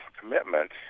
commitment